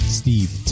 steve